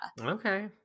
Okay